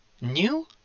New